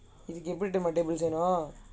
எப்படி நம்ம:eppadi namma table சொன்னோம்:sonnom